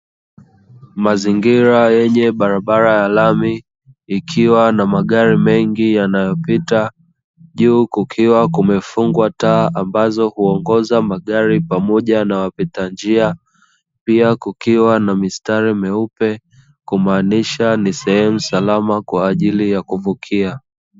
Mazingira yenye barabara ya rami ikiwa na magari mengi yanapita juu kukiwa kumefungwa taa ambazo huongoza magari pamoja na wapita njia, pia kukiwa na mistari meupe kumaanisha ni sehemu salama kwa ajili ya kuvukia.